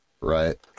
Right